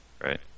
Right